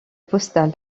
postal